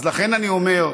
לכן אני אומר,